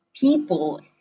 people